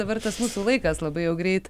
dabar tas mūsų laikas labai jau greit